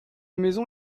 maison